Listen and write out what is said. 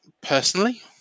personally